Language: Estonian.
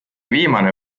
viimane